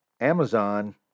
Amazon